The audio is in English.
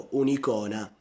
un'icona